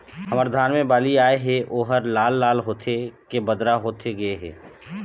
हमर धान मे बाली आए हे ओहर लाल लाल होथे के बदरा होथे गे हे?